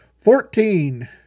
Fourteen